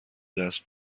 دست